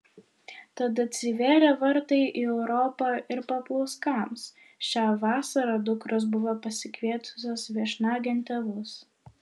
tad atsivėrė vartai į europą ir paplauskams šią vasarą dukros buvo pasikvietusios viešnagėn tėvus